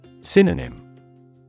Synonym